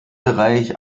bereich